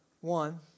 One